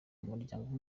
umuryango